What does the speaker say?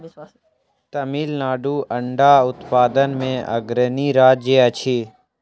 तमिलनाडु अंडा उत्पादन मे अग्रणी राज्य अछि